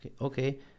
Okay